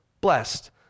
blessed